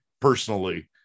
personally